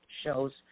shows